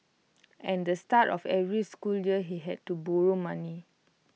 and the start of every school year he had to borrow money